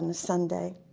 and sunday.